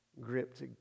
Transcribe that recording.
gripped